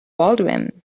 baldwin